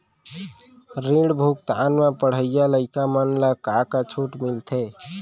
ऋण भुगतान म पढ़इया लइका मन ला का का छूट मिलथे?